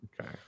Okay